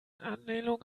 anlehnung